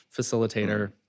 facilitator